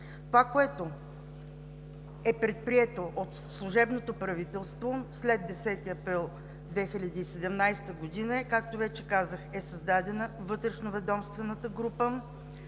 Това, което е предприето от служебното правителство след 10 април 2017 г., е следното. Както вече казах, създадена е вътрешноведомствена група.